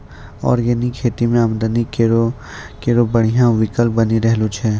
organic खेती आमदनी केरो बढ़िया विकल्प बनी रहलो छै